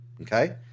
okay